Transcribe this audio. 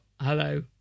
hello